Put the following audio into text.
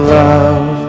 love